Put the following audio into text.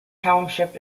township